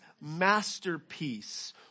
masterpiece